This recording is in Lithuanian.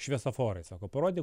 šviesoforai sako parodyk